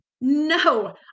No